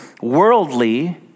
worldly